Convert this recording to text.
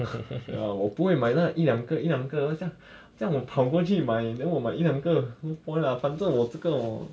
ya 我不会买那一两个一两个那这样 叫我跑过去买 then 我买一两个 no point lah 反正我这个我